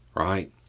Right